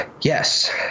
Yes